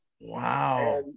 wow